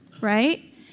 right